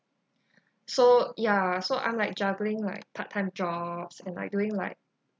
so ya so I'm like juggling like part time jobs and I'm doing like